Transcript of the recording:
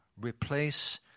Replace